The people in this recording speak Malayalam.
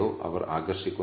501 ആയി മാറുന്നു